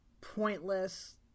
pointless